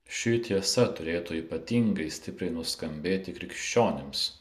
ši tiesa turėtų ypatingai stipriai nuskambėti krikščionims